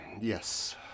Yes